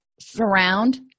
surround